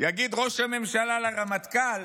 יגיד ראש הממשלה לרמטכ"ל: